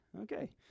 Okay